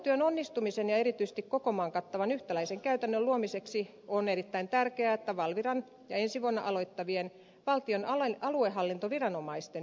valvontatyön onnistumiseksi ja erityisesti koko maan kattavan yhtäläisen käytännön luomiseksi on erittäin tärkeää että valviran ja ensi vuonna aloittavien valtion aluehallintoviranomaisten yhteistyö tehostuu